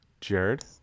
Jared